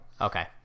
okay